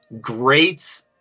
great